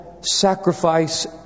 sacrifice